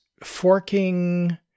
forking